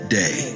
day